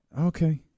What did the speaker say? okay